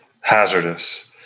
hazardous